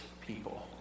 people